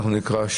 שאנחנו נקרא,